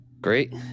Great